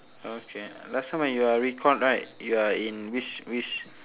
okay last time when you are recalled right you are in which which